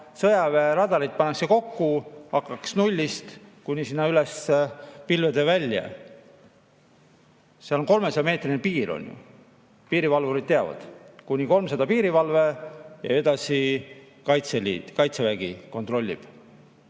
sõjaväe radareid pannakse kokku, hakatakse nullist kuni sinna üles pilvede välja. Seal on 300-meetrine piir, on ju, piirivalvurid teavad, kuni 300 on piirivalve ja edasi Kaitsevägi kontrollib.